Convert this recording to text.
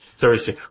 Thursday